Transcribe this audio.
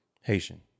Haitian